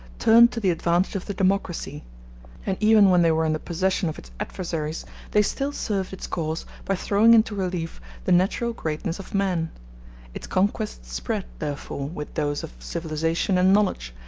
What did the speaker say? turned to the advantage of the democracy and even when they were in the possession of its adversaries they still served its cause by throwing into relief the natural greatness of man its conquests spread, therefore, with those of civilization and knowledge,